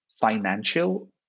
financial